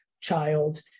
child